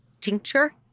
tincture